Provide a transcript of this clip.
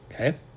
Okay